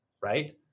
right